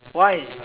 why